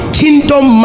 kingdom